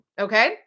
Okay